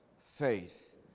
faith